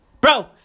Bro